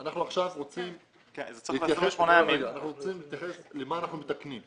אנחנו עכשיו רוצים להתייחס למה אנחנו מתקנים.